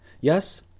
Yes